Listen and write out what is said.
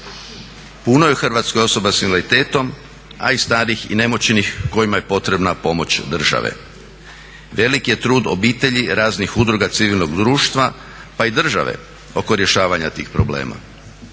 Puno je u Hrvatskoj osoba sa invaliditetom, a i starih i nemoćnih kojima je potrebna pomoć države. Velik je trud obitelji, raznih udruga civilnog društva, pa i države oko rješavanja tih problema.